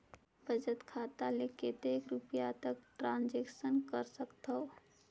बचत खाता ले कतेक रुपिया तक ट्रांजेक्शन कर सकथव?